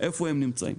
איפה הם נמצאים,